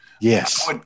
Yes